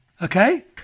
okay